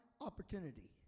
opportunity